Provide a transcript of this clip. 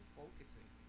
focusing